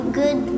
good